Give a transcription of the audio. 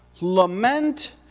lament